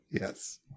Yes